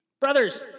Brothers